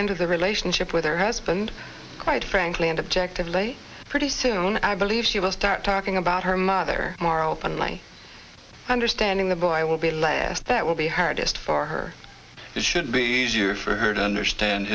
into the relationship with her husband quite frankly and objectively pretty soon i believe she will start talking about her mother more openly understanding the boy will be a layer that will be hardest for her it should be easier for her to understand